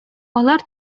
алар